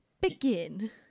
begin